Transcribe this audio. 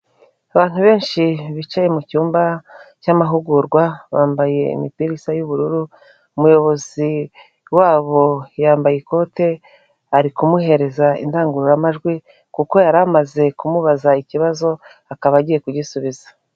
Abantu benshi bicaye mu cyumba cy'amahugurwa bambaye imipera isa y'ubururu umuyobozi wabo yambaye ikote ari kumuhereza indangururamajwi kuko yari amaze kumubaza ikibazo akaba agiye kugisubiza.